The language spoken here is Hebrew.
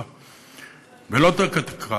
הרצפה, ולא התקרה.